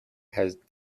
had